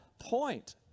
point